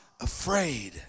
afraid